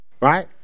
right